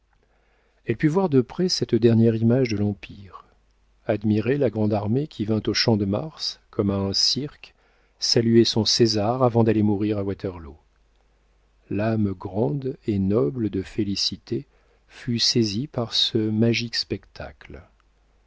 elle put voir de près cette dernière image de l'empire admirer la grande-armée qui vint au champ de mars comme à un cirque saluer son césar avant d'aller mourir à waterloo l'âme grande et noble de félicité fut saisie par ce magique spectacle